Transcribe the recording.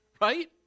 Right